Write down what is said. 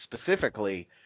specifically